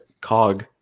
cog